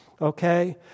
Okay